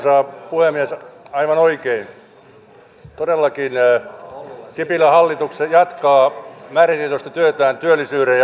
puhemies aivan oikein todellakin sipilän hallitus jatkaa määrätietoista työtään työllisyyden